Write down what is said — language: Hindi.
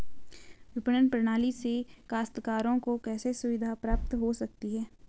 विपणन प्रणाली से काश्तकारों को कैसे सुविधा प्राप्त हो सकती है?